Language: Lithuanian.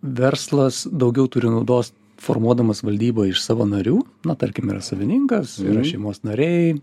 verslas daugiau turi naudos formuodamas valdybą iš savo narių na tarkim yra savininkas yra šeimos nariai